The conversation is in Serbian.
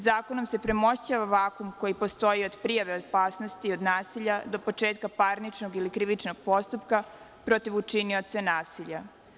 Zakonom se premošćava vakum koji postoji od prijave opasnosti od nasilja do početka parničnog ili krivičnog postupka protiv učinioca nasilja.